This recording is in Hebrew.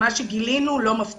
מה שגילינו, וזה לא מפתיע,